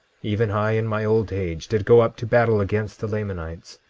even i, in my old age, did go up to battle against the lamanites.